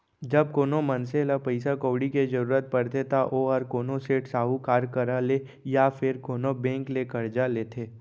जब कोनो मनसे ल पइसा कउड़ी के जरूरत परथे त ओहर कोनो सेठ, साहूकार करा ले या फेर कोनो बेंक ले करजा लेथे